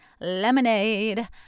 lemonade